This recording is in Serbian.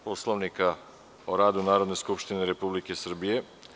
Poslovnika o radu Narodne skupštine Republike Srbije.